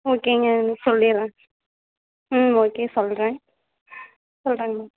ஓகேங்க சொல்லிர்றேன் ம் ஓகே சொல்லுறேன் சொல்லுறேங்க மேம்